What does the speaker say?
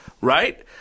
right